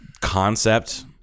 concept